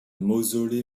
mausolée